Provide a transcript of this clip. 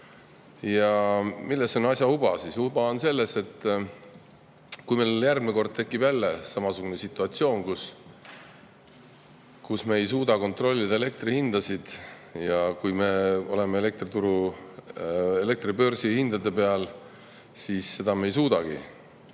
Ja milles on asja uba? Uba on selles, et kui järgmine kord tekib samasugune situatsioon ja me ei suuda kontrollida elektrihindasid – kui me oleme elektribörsi hindade peal, siis me ei suudagi